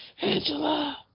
Angela